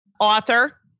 author